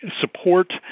support